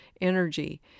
energy